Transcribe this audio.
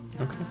Okay